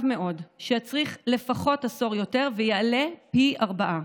מאוד שיצריך לפחות עשור יותר ויעלה פי ארבעה.